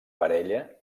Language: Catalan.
parella